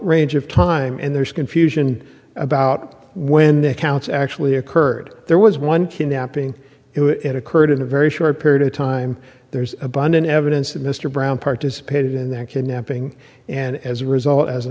range of time and there's confusion about when the accounts actually occurred there was one kidnapping it occurred in a very short period of time there's abundant evidence that mr brown participated in that kidnapping and as a result as an